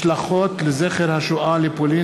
משלחות לזכר השואה לפולין,